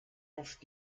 oft